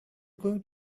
going